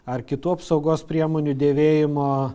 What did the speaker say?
ar kitų apsaugos priemonių dėvėjimo